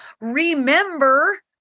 remember